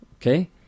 Okay